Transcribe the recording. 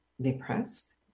depressed